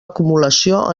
acumulació